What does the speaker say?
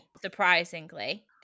surprisingly